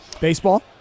Baseball